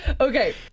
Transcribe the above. okay